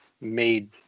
made